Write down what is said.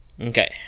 Okay